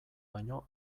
baino